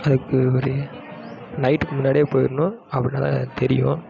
அதுக்கு ஒரு நைட்டுக்கு முன்னாடியே போயிடணும் அப்படின்னாதான் தெரியும்